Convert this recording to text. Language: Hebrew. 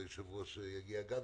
והיושב-ראש יגיע גם.